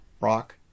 Rock